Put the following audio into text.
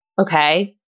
okay